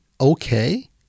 okay